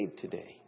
today